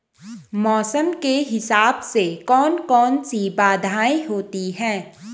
मौसम के हिसाब से कौन कौन सी बाधाएं होती हैं?